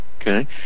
Okay